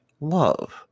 love